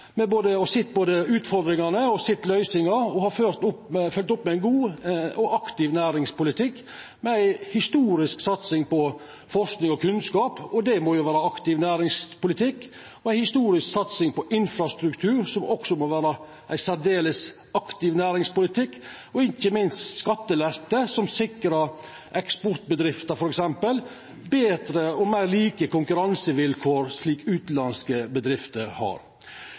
sett både utfordringane og løysingane og følgt opp med ein god og aktiv næringspolitikk – med ei historisk satsing på forsking og kunnskap. Det må jo vera aktiv næringspolitikk og ei historisk satsing på infrastruktur, som også må vera ein særdeles aktiv næringspolitikk, og, ikkje minst, på skattelette, som sikrar eksportbedrifter, f.eks., betre og meir like konkurransevilkår, slik utanlandske bedrifter og bedriftseigarar har.